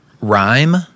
rhyme